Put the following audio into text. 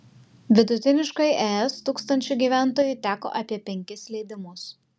vidutiniškai es tūkstančiu gyventojų teko apie penkis leidimus